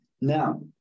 Now